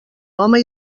home